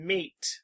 Meat